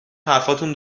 حرفاتون